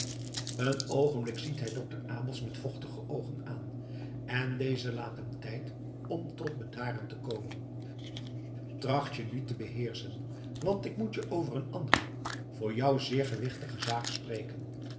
een oogenblik ziet hij dokter abels met vochtige oogen aan en deze laat hem tijd om tot bedaren te komen tracht je nu te beheerschen want ik moet je over een andere voor jou zeer gewichtige zaak spreken